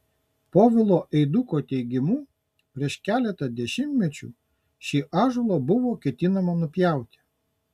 povilo eiduko teigimu prieš keletą dešimtmečių šį ąžuolą buvo ketinta nupjauti